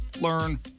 learn